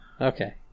Okay